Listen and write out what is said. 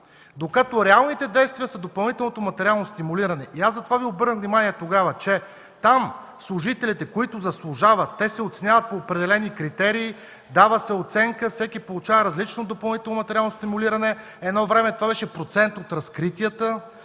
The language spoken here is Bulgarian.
залата. Реалните действия са допълнителното материално стимулиране. Затова Ви обърнах внимание тогава, че служителите, които заслужават, се оценяват по определени критерии, дава се оценка, всеки получава различно допълнително материално стимулиране. Едно време това беше процент от разкритията.